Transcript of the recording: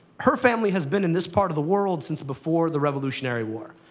her family has been in this part of the world since before the revolutionary war.